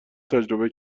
تجربه